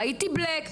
ראיתי בלק,